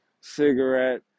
cigarette